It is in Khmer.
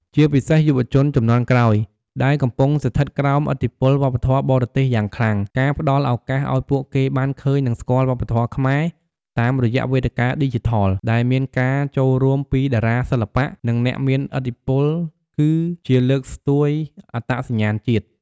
ជាពិសេសយុវជនជំនាន់ក្រោយ ដែលកំពុងស្ថិតក្រោមឥទ្ធិពលវប្បធម៌បរទេសយ៉ាងខ្លាំង ការផ្តល់ឱកាសឲ្យពួកគេបានឃើញ និងស្គាល់វប្បធម៌ខ្មែរតាមរយៈវេទិកាឌីជីថល ដែលមានការចូលរួមពីតារាសិល្បៈ និងអ្នកមានឥទ្ធិពល គឺជាលើកស្ទួយអត្តសញ្ញាណជាតិ។